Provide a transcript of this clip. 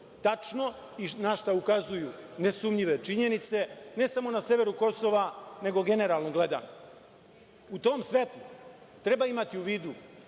tačno i na šta ukazuju nesumnjive činjenice, ne samo na severu Kosova, nego generalno gledano.U tom svetlu, treba imati u vidu